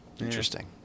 Interesting